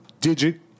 Digit